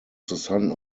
son